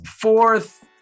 fourth